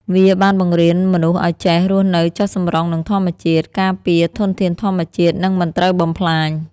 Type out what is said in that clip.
វាបានបង្រៀនមនុស្សឱ្យចេះរស់នៅចុះសម្រុងនឹងធម្មជាតិ ការពារធនធានធម្មជាតិ និងមិនត្រូវបំផ្លាញ។